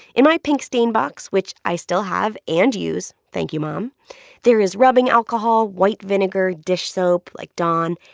in my pink stain box, which i still have and use thank you, mom there is rubbing alcohol, white vinegar, dish soap, like dawn,